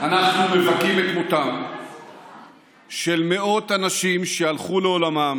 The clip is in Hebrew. אנחנו מבכים את מותם של מאות אנשים שהלכו לעולמם